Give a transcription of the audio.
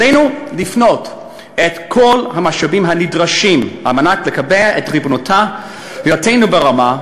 עלינו לפנות את כל המשאבים הנדרשים על מנת לקבע את ריבונותנו ברמה,